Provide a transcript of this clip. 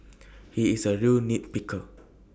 he is A real nit picker